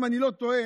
אם אני לא טועה,